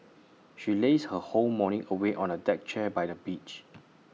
she lazed her whole morning away on A deck chair by the beach